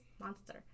monster